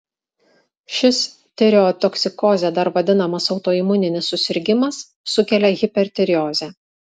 šis tireotoksikoze dar vadinamas autoimuninis susirgimas sukelia hipertireozę